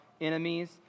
enemies